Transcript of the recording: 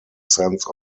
sense